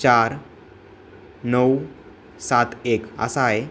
चार नऊ सात एक असा आहे